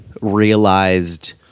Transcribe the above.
realized